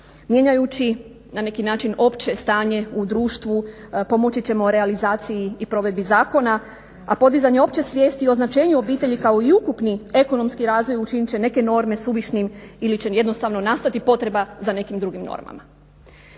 Mijenjajući na neki način opće stanje u društvu pomoći ćemo realizaciji i provedbi zakona, a podizanje opće svijesti i označenju obitelji kao i ukupni ekonomski razvoj učinit će neke norme suvišnim ili će jednostavno nastati potreba za nekim drugim normama.